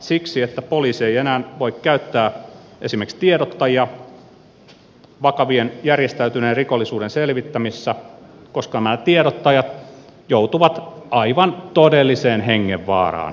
siksi että poliisi ei enää voi käyttää esimerkiksi tiedottajia vakavan järjestäytyneen rikollisuuden selvittämisessä koska nämä tiedottajat joutuvat aivan todelliseen hengenvaaraan